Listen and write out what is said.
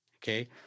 okay